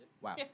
Wow